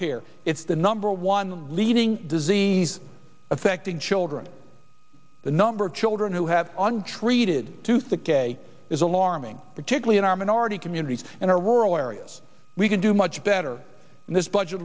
care it's the number one leading disease affecting children the number of children who have untreated tooth decay is alarm being particularly in our minority communities and our rural areas we can do much better in this budget